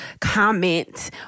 comment